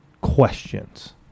questions